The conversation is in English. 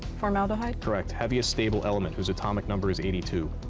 formaldehyde. correct. heaviest stable element whose atomic number is eighty two.